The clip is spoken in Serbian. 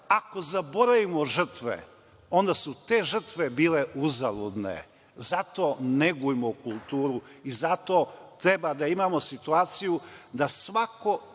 Ako zaboravimo žrtve, onda su te žrtve bile uzaludne. Zato negujmo kulturu i zato treba da imamo situaciju da svako